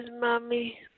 mommy